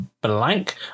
blank